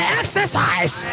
exercise